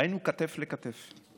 היינו כתף אל כתף: